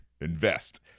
invest